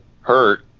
hurt